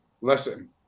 listen